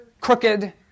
crooked